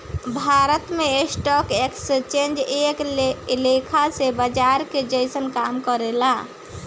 भारत में stock exchange एक लेखा से बाजार के जइसन काम करेला